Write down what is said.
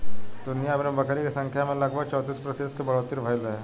दुनियाभर में बकरी के संख्या में लगभग चौंतीस प्रतिशत के बढ़ोतरी भईल रहे